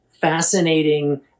fascinating